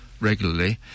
regularly